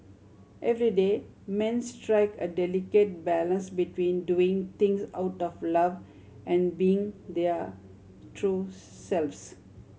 everyday men strike a delicate balance between doing things out of love and being their true selves